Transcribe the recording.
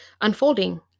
unfolding